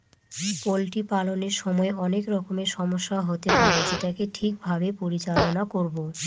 poultry পালনের সময় অনেক রকমের সমস্যা হতে পারে যেটাকে ঠিক ভাবে পরিচালনা করবো